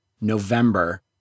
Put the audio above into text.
November